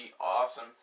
awesome